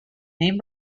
name